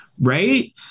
right